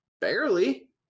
barely